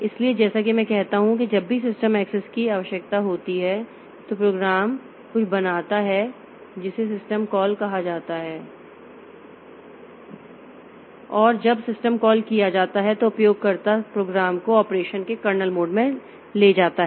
इसलिए जैसा कि मैं कहता हूं कि जब भी सिस्टम एक्सेस की आवश्यकता होती है तो प्रोग्राम कुछ बनाता है जिसे सिस्टम कॉल कहा जाता है और जब सिस्टम कॉल किया जाता है तो उपयोगकर्ता प्रोग्राम को ऑपरेशन के कर्नेल मोड में ले जाता है